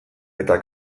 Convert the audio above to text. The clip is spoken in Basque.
eta